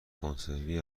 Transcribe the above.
کنسروی